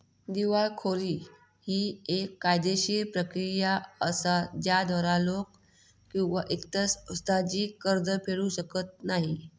दिवाळखोरी ही येक कायदेशीर प्रक्रिया असा ज्याद्वारा लोक किंवा इतर संस्था जी कर्ज फेडू शकत नाही